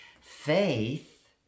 Faith